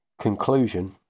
Conclusion